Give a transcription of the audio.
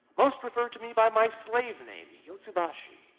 most refer to me by my slave name, yotsubashi.